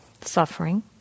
suffering